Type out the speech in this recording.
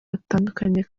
batandukanye